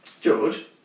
George